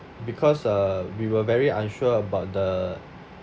because uh we were very unsure about the